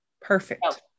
perfect